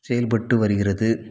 செயல்பட்டு வருகிறது